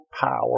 power